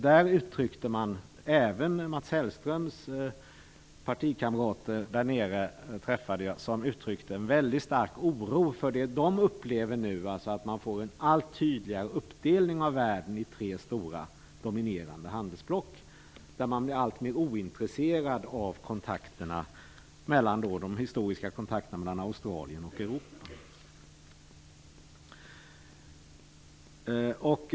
Där uttryckte man - även de partikamrater till Mats Hellströms som jag träffade - mycket stark oro för det man upplever nu, alltså en allt tydligare uppdelning av världen i tre stora dominerande handelsblock, där man blir alltmer ointresserad av de historiska kontakterna mellan Australien och Europa.